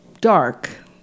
dark